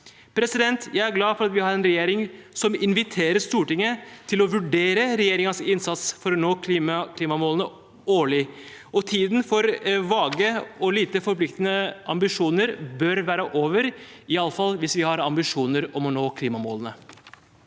klimamålene. Jeg er glad for at vi har en regjering som inviterer Stortinget til årlig å vurdere regjeringens innsats for å nå klimamålene. Tiden for vage og lite forpliktende ambisjoner bør være over, iallfall hvis vi har ambisjoner om å nå klimamålene.